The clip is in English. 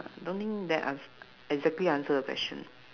don't think that ans~ exactly answer the question